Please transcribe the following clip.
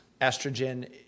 estrogen